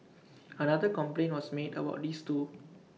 another complaint was made about this too